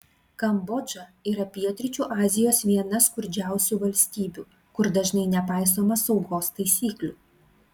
kambodža yra pietryčių azijos viena skurdžiausių valstybių kur dažnai nepaisoma saugos taisyklių